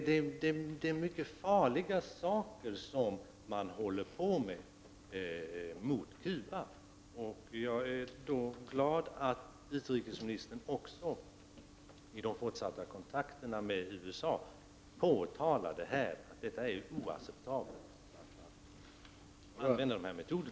Det är mycket farliga saker som USA håller på med mot Cuba. Jag vore glad om utrikesministern också i de fortsatta kontakterna med USA framhöll att det är oacceptabelt att USA använder dessa metoder.